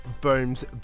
Boom's